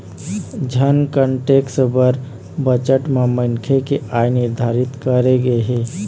income tax बर budget म मनखे के आय निरधारित करे गे हे